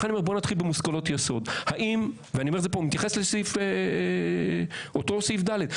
לכן אני אומר בואו נתחיל במושכלות יסוד ואני מתייחס לאותו סעיף ד,